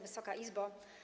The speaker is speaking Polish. Wysoka Izbo!